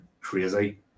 crazy